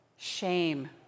Shame